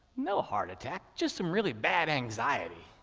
no heart attack, just some really bad anxiety.